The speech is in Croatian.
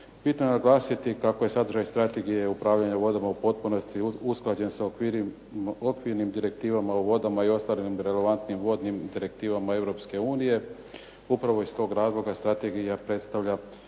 Bitno je naglasiti kako je sadržaj Strategije upravljanja vodama u potpunosti usklađen sa okvirnim direktivama o vodama i ostalim relevantnim vodnim direktivama Europske unije. Upravo iz tog razloga strategija predstavlja